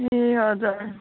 ए हजुर